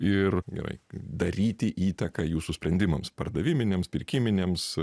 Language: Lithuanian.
ir gerai daryti įtaką jūsų sprendimams pardaviminėms pirkiminėms